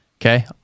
Okay